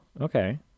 Okay